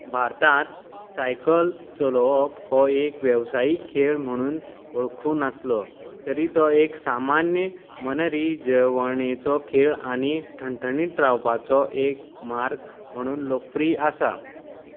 भारतांत सायकल चलोवप हो एक वेवसायीक खेळ म्हणून वळखूंक नासलो तरी तो एक सामान्य मनरिजवणेचो खेळ आनी ठणठणीत रावपाचो एक मार्ग म्हणून लोकप्रिय आसा